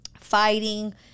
fighting